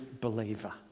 believer